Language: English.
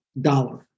Dollar